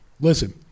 listen